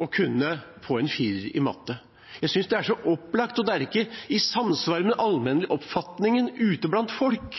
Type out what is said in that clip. å kunne få en firer i matte. Jeg synes det er så opplagt, og det er ikke i samsvar med den alminnelige oppfatningen ute blant folk